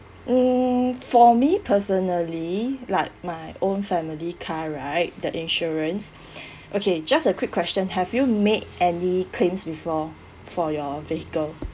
mm for me personally like my own family car right the insurance okay just a quick question have you made any claims before for your vehicle